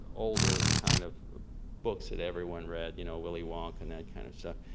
older kind of books that everyone read. you know, willie wonka and that kind of stuff.